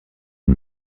une